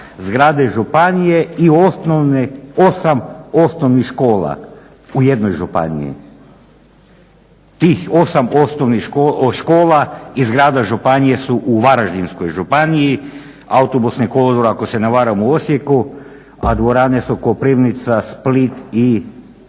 zgrade županije i 8 osnovnih škola u jednoj županiji. Tih 8 osnovnih škola iz grada županije su u Varaždinskoj županiji, autobusni kolodvor ako se ne varam u Osijeku, a dvorane su Koprivnica, Split i treća ne